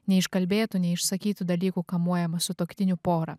neiškalbėtų neišsakytų dalykų kamuojamą sutuoktinių porą